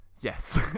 Yes